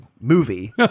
movie